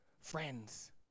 Friends